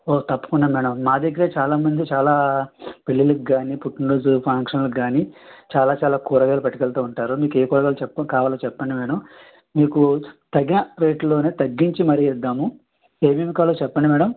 ఓహ్ తప్పకుండా మేడం మా దగ్గరే చాలా మంది చాలా పెళ్ళిళకి కానీ పుట్టినరోజు ఫంక్షన్లకి కానీ చాలా చాలా కూరగాయలు పట్టుకెల్తూ ఉంటారు మీకు ఏ కూరలు కావాలో చెప్పండి మేడం మీకు తగిన రేట్లలోనే తగ్గించి మరీ ఇద్దాము ఏమేమి కావాలో చెప్పండి మేడం